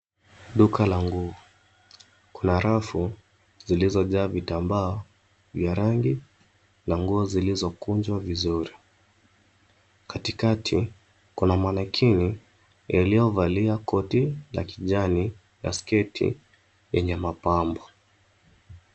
Duka la nguo. Kuna rafu zilizojaa vitambaa vya rangi na nguo zilizokunjwa vizuri. Katikati, kuna manekini yaliyovalia koti la kijani na sketi enye mapambo.